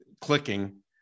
clicking